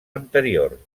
anterior